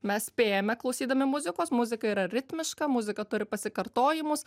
mes spėjame klausydami muzikos muzika yra ritmiška muzika turi pasikartojimus